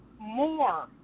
more